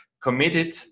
committed